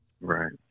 Right